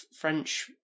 French